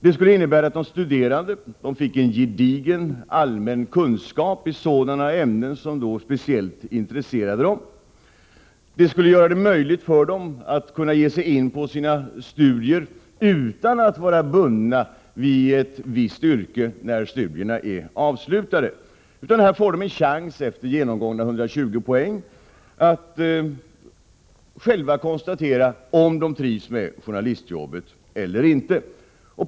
Det skulle innebära att de studerande fick en gedigen allmän kunskap i sådana ämnen som speciellt intresserar dem. Det skulle göra det möjligt för de studerande att gå in i en utbildning utan att vara bundna vid ett visst yrke när studierna är avslutade. Efter uppnådda 120 poäng får de en chans att själva konstatera om de trivs med journalistyrket eller inte.